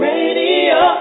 Radio